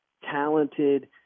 talented